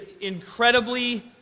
incredibly